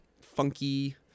funky